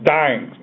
dying